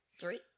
Three